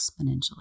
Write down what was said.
exponentially